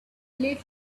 let